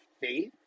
faith